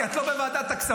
כי את לא בוועדת הכספים,